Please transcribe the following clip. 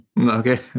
Okay